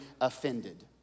offended